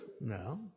No